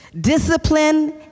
Discipline